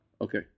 Okay